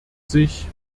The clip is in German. sich